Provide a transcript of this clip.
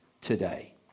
today